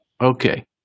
Okay